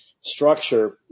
structure